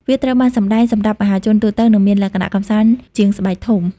វាត្រូវបានសម្តែងសម្រាប់ មហាជនទូទៅ និងមានលក្ខណៈ កម្សាន្ត ជាងស្បែកធំ។